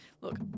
Look